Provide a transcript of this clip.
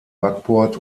backbord